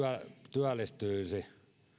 työllistyisi